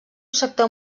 sector